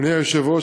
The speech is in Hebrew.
אדוני היושב-ראש,